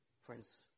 Friends